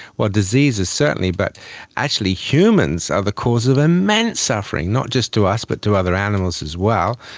well, diseases certainly, but actually humans are the causes of immense suffering, not just to us but to other animals as well.